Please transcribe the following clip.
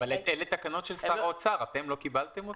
אבל אלה תקנות של שר האוצר, אתם לא קיבלתם אותן?